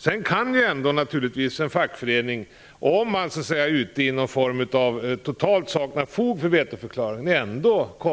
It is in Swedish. Sedan kan en fackförening naturligtvis, om det totalt saknas fog för vetoförklaringen och